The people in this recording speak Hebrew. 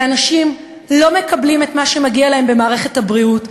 ואנשים לא מקבלים את מה שמגיע להם במערכת הבריאות,